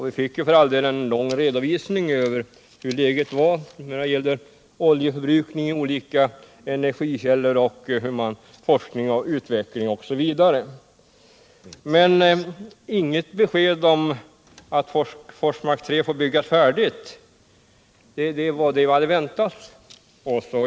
Vi fick för all del en lång redovisning över hur läget är när det gäller oljeförbrukningen, olika energikällor, forskning och utveckling osv. Men det kom inget besked om att Forsmark 3 får byggas färdigt, och det var det vi hade väntat oss.